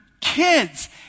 kids